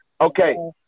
Okay